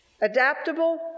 Adaptable